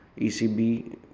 ECB